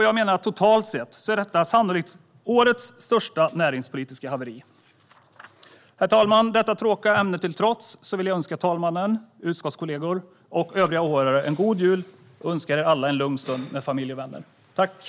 Jag menar att detta totalt sett sannolikt är årets största näringspolitiska haveri. Herr talman! Det tråkiga ämnet till trots vill jag önska talmannen, utskottkollegor och övriga åhörare en god jul. Jag önskar er alla en lugn stund med familj och vänner.